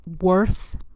worth